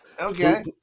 Okay